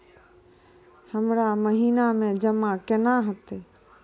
हमरा महिना मे जमा केना हेतै?